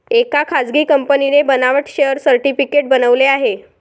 एका खासगी कंपनीने बनावट शेअर सर्टिफिकेट बनवले आहे